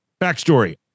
Backstory